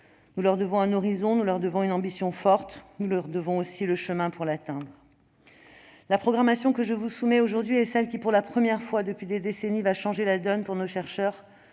Nous leur devons un horizon, une ambition forte et le chemin pour l'atteindre. La programmation que je vous soumets aujourd'hui est celle qui, pour la première fois depuis des décennies, changera la donne pour nos chercheurs,